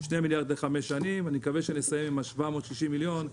אני מקווה שנסיים עם ה-760 מיליון,